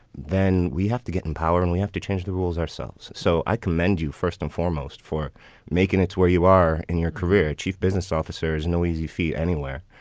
then we have to get in power and we have to change the rules ourselves so i commend you first and foremost for making it where you are in your career. chief business officer is no easy feat anywhere,